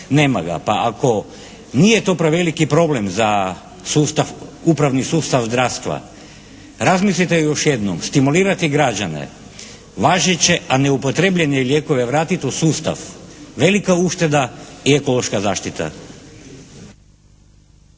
nema ga. Pa ako nije to preveliki problem za sustav, upravni sustav zdravstva razmislite još jednom stimulirati građane važeće, a neupotrijebljene lijekove vratiti u sustav velika ušteda i ekološka zaštita.